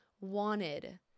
wanted